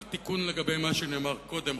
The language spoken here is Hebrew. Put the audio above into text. רק תיקון לגבי מה שנאמר קודם,